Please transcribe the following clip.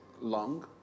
long